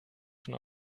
schon